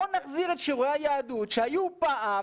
בואו נחזיר את שיעורי היהדות שהיו פעם,